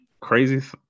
Crazy